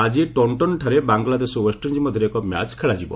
ଆଜି ଟୌନ୍ଟନ୍ଠାରେ ବାଂଲାଦେଶ ଓ ୱେଷ୍ଟଇଣ୍ଡିଜ୍ ମଧ୍ୟରେ ଏକ ମ୍ୟାଚ୍ ଖେଳାଯିବ